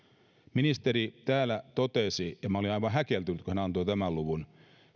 ministeri täällä totesi ja olin aivan häkeltynyt kun hän antoi tämän luvun